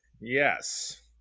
Yes